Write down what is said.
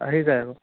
আহি যায় আকৌ